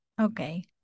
Okay